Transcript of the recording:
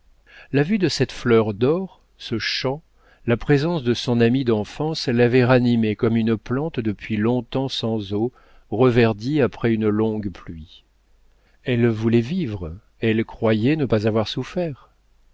la vue de cette fleur d'or ce chant la présence de son ami d'enfance l'avait ranimée comme une plante depuis long-temps sans eau reverdit après une longue pluie elle voulait vivre elle croyait ne pas avoir souffert